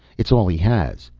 it's all he has.